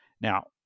Now